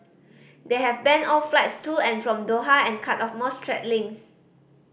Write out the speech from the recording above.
they have banned all flights to and from Doha and cut off most trade links